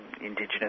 Indigenous